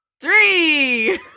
Three